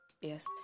yes